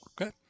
okay